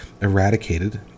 eradicated